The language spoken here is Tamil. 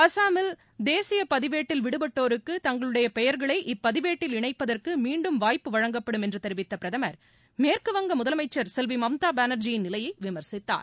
அசாமில் தேசிய பதிவேட்டில் விடுபட்டோருக்கு தங்களுடைய பெயர்களை இப்பதிவேட்டில் இணைப்பதற்கு மீண்டும் வாய்ப்பு வழங்கப்படும் என்று தெரிவித்த பிரதமர் மேற்கு வங்க முதலமைச்சர் செல்வி மம்தா பானர்ஜியின் நிலையை விமர்சித்தார்